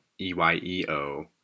E-Y-E-O